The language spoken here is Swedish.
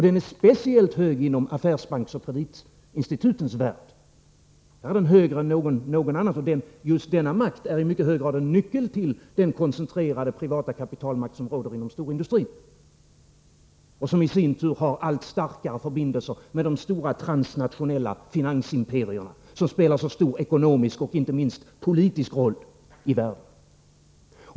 Den är speciellt hög inom affärsbanksoch kreditinstitutens värld. Där är den högre än någon annanstans. Just denna makt är i mycket hög grad en nyckel till den koncentrerade privata kapitalmakt som råder inom storindustrin, och som i sin tur har allt starkare förbindelser med de stora transnationella finansimperierna, som spelar så stor ekonomisk och inte minst politisk roll i världen.